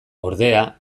ordea